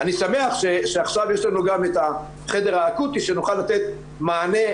אני שמח שעכשיו יש לנו גם את החדר האקוטי שנוכל לתת מענה.